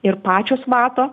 ir pačios mato